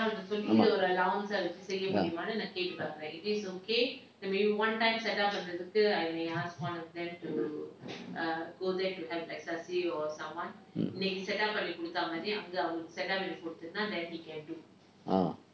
ஆமாம்:aamaam